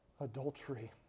adultery